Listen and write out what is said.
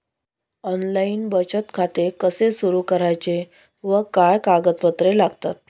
Online बचत खाते कसे सुरू करायचे व काय कागदपत्रे लागतात?